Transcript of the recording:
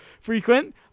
frequent